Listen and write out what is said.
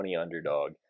underdog